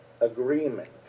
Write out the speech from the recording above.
agreement